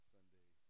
Sunday